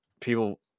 people